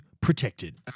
protected